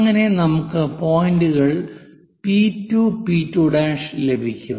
അങ്ങനെ നമുക്ക് പോയിന്റുകൾ പി 2 പി 2' ലഭിക്കും